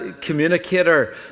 communicator